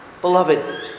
Beloved